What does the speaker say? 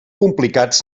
complicats